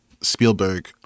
Spielberg